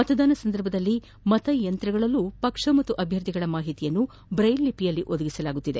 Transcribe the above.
ಮತದಾನ ಸಂದರ್ಭದಲ್ಲಿ ಮತಯಂತ್ರದಲ್ಲೂ ಪಕ್ಷ ಹಾಗೂ ಅಭ್ಯರ್ಥಿಗಳ ಮಾಹಿತಿಯನ್ನು ಬ್ರೈಲ್ ಲಿಪಿಯಲ್ಲಿ ಒದಗಿಸಲಾಗುತ್ತಿದೆ